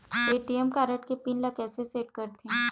ATM card के pin ला कैसे सेट करथे?